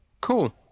cool